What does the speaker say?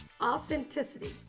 authenticity